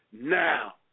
Now